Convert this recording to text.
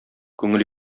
күңел